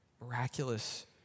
Miraculous